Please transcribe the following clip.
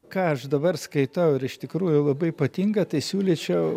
ką aš dabar skaitau ir iš tikrųjų labai patinka tai siūlyčiau